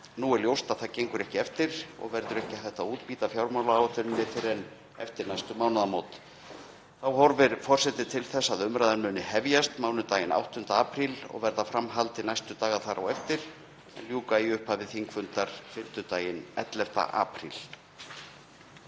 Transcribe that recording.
Nú er ljóst að það gengur ekki eftir og að ekki verði hægt að útbýta fjármálaáætluninni fyrr en eftir næstu mánaðamót. Þá horfir forseti til þess að umræðan muni hefjast mánudaginn 8. apríl og verða fram haldið næstu daga á eftir en ljúki í upphafi fundar fimmtudaginn 11. apríl.